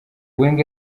wenger